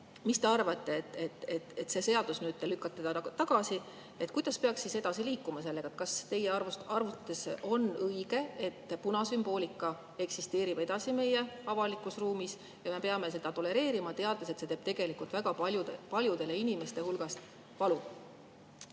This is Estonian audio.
Mis te arvate, kui te nüüd lükkate selle seaduse tagasi, kuidas peaks siis edasi liikuma sellega? Kas teie arvates on õige, et punasümboolika eksisteerib edasi meie avalikus ruumis ja me peame seda tolereerima, teades, et see teeb tegelikult väga paljudele inimestele valu?